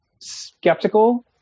skeptical